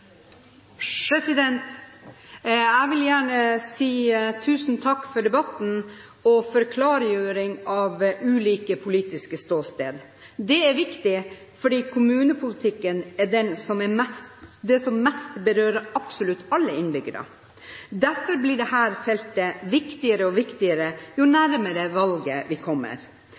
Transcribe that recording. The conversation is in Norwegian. sosialistisk. Jeg vil gjerne si tusen takk for debatten og for klargjøring av ulike politiske ståsteder. Det er viktig, for kommunepolitikken berører absolutt alle innbyggere. Derfor blir dette feltet viktigere og viktigere jo nærmere valget vi kommer.